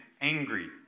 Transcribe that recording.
angry